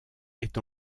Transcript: est